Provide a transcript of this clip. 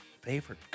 Favorite